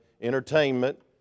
entertainment